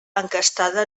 encastada